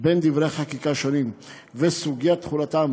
בין דברי חקיקה שונים וסוגיית תחולתם